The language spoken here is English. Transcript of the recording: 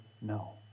no